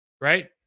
right